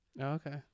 okay